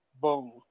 Boom